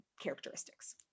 characteristics